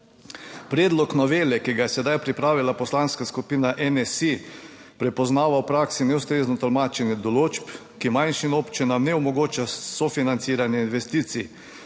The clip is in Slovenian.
Predlog novele, ki ga je sedaj pripravila Poslanska skupina NSi, prepoznava v praksi neustrezno tolmačenje določb, ki manjšim občinam ne omogoča sofinanciranje investicij,